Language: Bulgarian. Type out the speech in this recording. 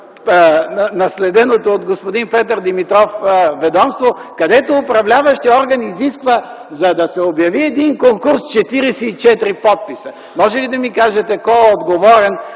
наследеното от господин Петър Димитров ведомство, където управляващият орган изисква, за да се обяви един конкурс, 44 подписа. Можете ли да ми кажете кой е отговорен